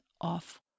off